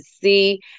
see